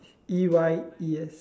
E Y E S